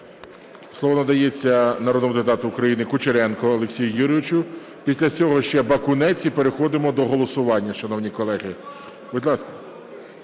Слово надається народному депутату України Кучеренку Олексію Юрійовичу. Після цього ще Бакунець - і переходимо до голосування, шановні колеги. Будь ласка.